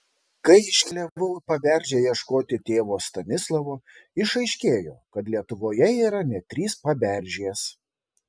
kai iškeliavau į paberžę ieškoti tėvo stanislovo išaiškėjo kad lietuvoje yra net trys paberžės